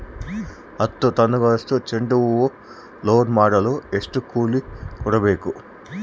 ಹತ್ತು ಟನ್ನಷ್ಟು ಚೆಂಡುಹೂ ಲೋಡ್ ಮಾಡಲು ಎಷ್ಟು ಕೂಲಿ ಕೊಡಬೇಕು?